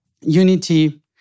unity